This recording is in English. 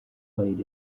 played